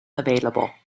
available